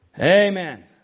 Amen